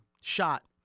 shot